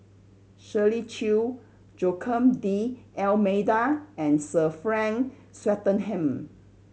Shirley Chew Joaquim D'Almeida and Sir Frank Swettenham